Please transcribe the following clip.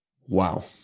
Wow